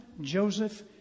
Joseph